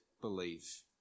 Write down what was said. believe